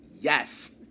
yes